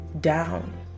down